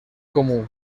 comú